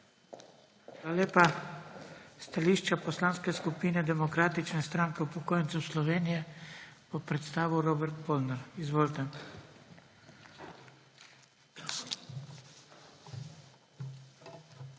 Hvala lepa. Stališče Poslanske skupine Demokratične stranke upokojencev Slovenije bo predstavil Robert Polnar. Izvolite. ROBERT